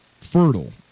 fertile